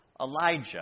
Elijah